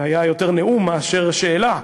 זה היה יותר נאום מאשר שאלה,